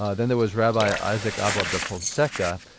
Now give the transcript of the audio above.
ah then there was rabbi isaac aboab da fonseca.